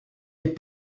est